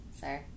Sorry